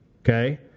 okay